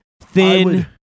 thin-